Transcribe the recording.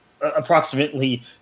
Approximately